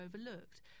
overlooked